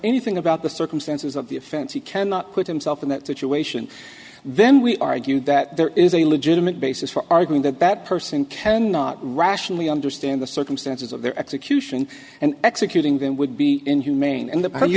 anything about the circumstances of the offense he cannot put himself in that situation then we argue that there is a legitimate basis for arguing that that person cannot rationally understand the circumstances of their execution and executing them would be inhumane and that you